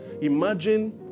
Imagine